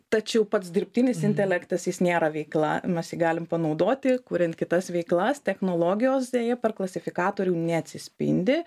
tačiau pats dirbtinis intelektas jis nėra veikla mes jį galim panaudoti kuriant kitas veiklas technologijos deja per klasifikatorių neatsispindi